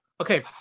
okay